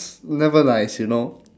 never nice you know